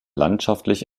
landschaftlich